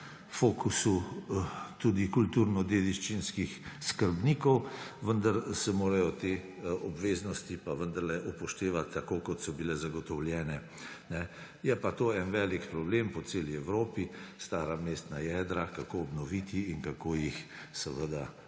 fokusu tudi kulturnodediščinskih skrbnikov, vendar se morajo te obveznosti pa vendarle upoštevati tako, kot so bile zagotovljene. Je pa to en velik problem po celi Evropi: stara mestna jedra, kako obnoviti in kako jih